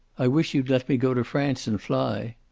i wish you'd let me go to france and fly.